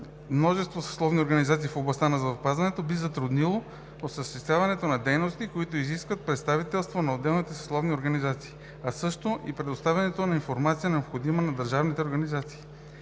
множество съсловни организации в областта на здравеопазването би затруднило осъществяването на дейности, които изискват представителство на отделните съсловни организации, а също така и предоставянето на информация, необходима на държавните органи.